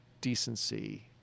decency